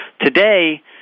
Today